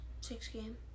Six-game